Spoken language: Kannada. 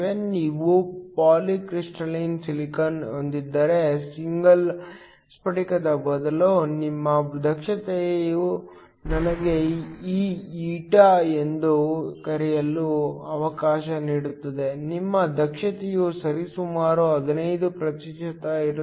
ನೀವು ಪಾಲಿಕ್ರಿಸ್ಟಲಿನ್ ಸಿಲಿಕಾನ್ ಹೊಂದಿದ್ದರೆ ಸಿಂಗಲ್ ಸ್ಫಟಿಕದ ಬದಲು ನಿಮ್ಮ ದಕ್ಷತೆಯು ನನಗೆ ಈ eta ಎಂದು ಕರೆಯಲು ಅವಕಾಶ ನೀಡುತ್ತದೆ ನಿಮ್ಮ ದಕ್ಷತೆಯು ಸುಮಾರು 15 ಪ್ರತಿಶತ ಇರುತ್ತದೆ